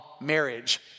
marriage